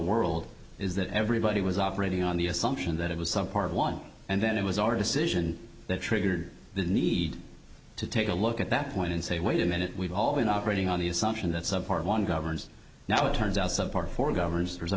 world is that everybody was operating on the assumption that it was some part of one and then it was our decision that triggered the need to take a look at that point and say wait a minute we've all been operating on the assumption that some part of one governs now it turns out some part for governors there's a